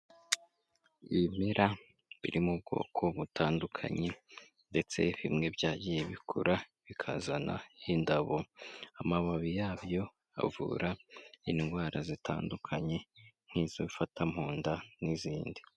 Ibimera biririmo ubwoko butandukanye, ndetse bimwe byagiye bikura bikazana indabo, amababi yabyo avura indwara zitandukanye, nk'izifata mu nda n'izindi.